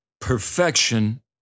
Perfection